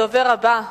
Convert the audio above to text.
הדובר הבא,